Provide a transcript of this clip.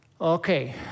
Okay